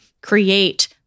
create